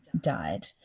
died